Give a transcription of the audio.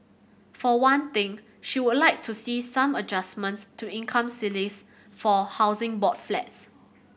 for one thing she would like to see some adjustments to income ceilings for Housing Board flats